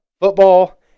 football